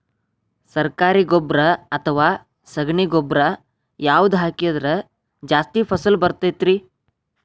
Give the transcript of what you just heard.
ಸರಕಾರಿ ಗೊಬ್ಬರ ಅಥವಾ ಸಗಣಿ ಗೊಬ್ಬರ ಯಾವ್ದು ಹಾಕಿದ್ರ ಜಾಸ್ತಿ ಫಸಲು ಬರತೈತ್ರಿ?